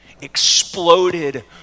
exploded